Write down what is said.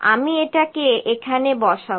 আমি এটাকে এখানে বসাবো